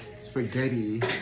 spaghetti